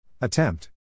Attempt